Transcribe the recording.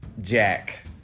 Jack